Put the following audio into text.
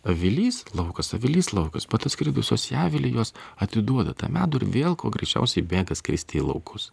avilys laukas avilys laukas bet atskridusios į avilį jos atiduoda tą medų ir vėl kuo greičiausiai bėga skristi į laukus